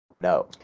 No